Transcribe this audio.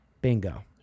Bingo